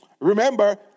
Remember